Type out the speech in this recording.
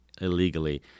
illegally